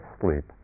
sleep